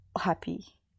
happy